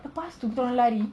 lepas tu kita orang lari